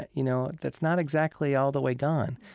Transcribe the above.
you know, that's not exactly all the way gone.